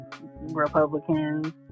Republicans